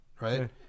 Right